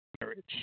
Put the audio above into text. marriage